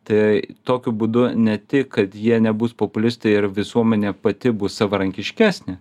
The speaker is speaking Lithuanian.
tai tokiu būdu ne tik kad jie nebus populistai ir visuomenė pati bus savarankiškesnė